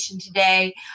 today